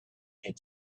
had